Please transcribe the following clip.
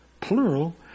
plural